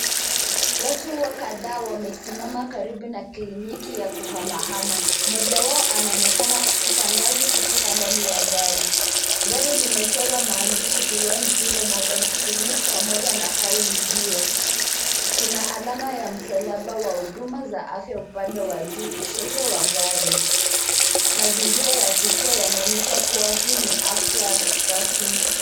Watu wa kadhaa wamesimama karibu na kliniki ya kuhamahama. Mmoja wao anaonekana kushuka ngazi kutoka ndani ya gari. Gari limechorwa maandishi Beyond Zero Mobile Clinic pamoja na kauli mbiu. Kuna alama ya msalaba wa huduma za afya upande wa juu kushoto wa gari. Mazingira ya tukio yanaonyesha kuwa hii ni hafla rasmi.